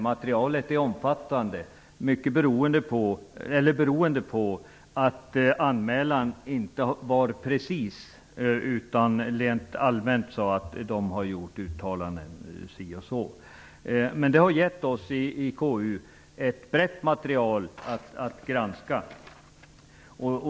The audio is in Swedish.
Materialet är omfattande, beroende på att anmälan inte var precis utan rent allmänt angav att vissa uttalanden gjorts. Vi har alltså i KU haft ett brett material att granska.